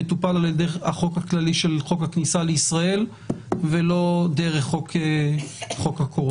מטופל על ידי החוק הכללי של חוק הכניסה לישראל ולא דרך חוק הקורונה.